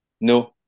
No